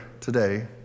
today